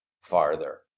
farther